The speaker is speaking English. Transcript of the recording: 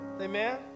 Amen